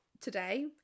today